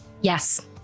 Yes